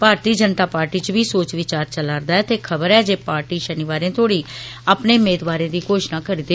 भारती Janata Party च बी सोच विचार चलै रदे ऐ जे खबर ऐ जे पार्टी षनिवारें तोड़ी अपने मेदवारें दी घोशणा करी देग